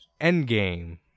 Endgame